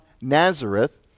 Nazareth